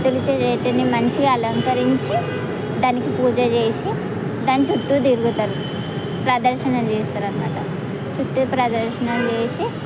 తులసి చెట్టును మంచిగా అలంకరించి దానికి పూజ చేసి దాని చుట్టు తిరుగుతారు ప్రదక్షిణాలు చేస్తారు అన్నమాట చుట్టు ప్రదక్షిణాలు చేసి